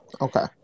okay